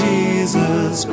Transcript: Jesus